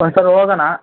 ಒಂದ್ಸಲ ಹೋಗೋಣಾ